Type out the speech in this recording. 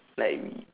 like we